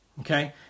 okay